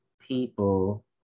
people